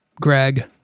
Greg